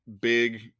big